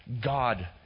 God